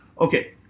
Okay